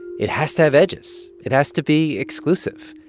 it it has to have edges. it has to be exclusive.